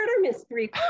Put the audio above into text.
mystery